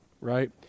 right